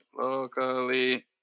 Locally